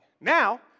Now